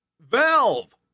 Valve